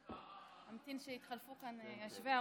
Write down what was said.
אני אספר שהחוק הזה,